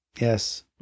Yes